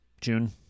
June